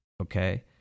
Okay